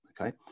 okay